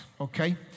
Okay